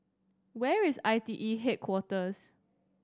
where is I T E Headquarters